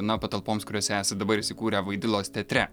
na patalpoms kuriose esat dabar įsikūrę vaidilos teatre